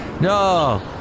No